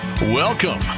Welcome